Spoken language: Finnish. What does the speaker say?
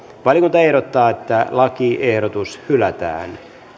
valiokunta ehdottaa että lakiehdotus hylätään